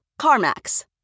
CarMax